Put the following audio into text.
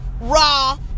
raw